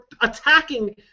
attacking